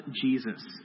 Jesus